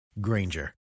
Granger